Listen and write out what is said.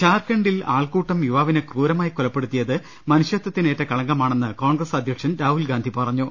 ഝാർഖണ്ഡിൽ ആൾക്കൂട്ടം യുവാവിനെ ക്രൂരമായി കൊലപ്പെടുത്തിയത് മനുഷ്യത്തിനേറ്റ കളങ്കമാണെന്ന് കോൺഗ്രസ് അധ്യക്ഷൻ രാഹുൽഗാന്ധി പറഞ്ഞു